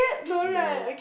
no